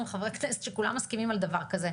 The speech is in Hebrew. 120 חברי כנסת שכולם מסכימים על דבר כזה,